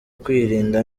kwirinda